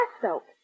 soap